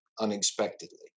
unexpectedly